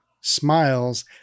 smiles